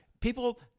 People